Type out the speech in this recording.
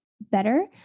better